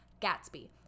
Gatsby